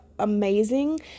amazing